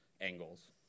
angles